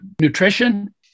nutrition